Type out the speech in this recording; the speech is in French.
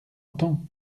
attends